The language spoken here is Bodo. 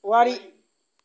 दैथुन वारि